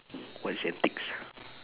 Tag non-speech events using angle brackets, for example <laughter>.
<noise> what is antics